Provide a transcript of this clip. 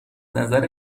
نظر